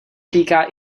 týká